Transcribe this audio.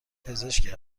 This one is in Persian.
پزشک